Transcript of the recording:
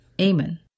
Amen